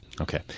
Okay